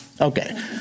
Okay